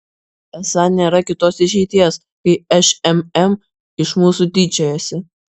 esą nėra kitos išeities kai šmm iš mūsų tyčiojasi